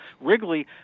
Wrigley